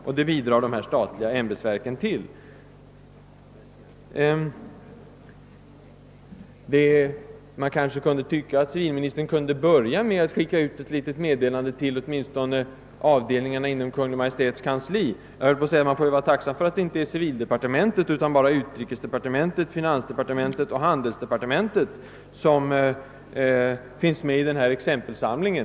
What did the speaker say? Till detta bidrar alltså de statliga ämbetsverken. Civilministern kunde möjligen börja med att sända ut ett meddelande till åtminstone avdelningarna inom Kungl. Maj:ts kansli. Men man får väl vara tacksam för att inte civildepartementet utan : endast justitiedepartementet, utrikesdepartementet, finansdepartementet och handelsdepartementet finns med i exempelsamlingen.